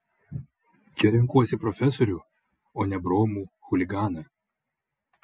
čia renkuosi profesorių o ne bromų chuliganą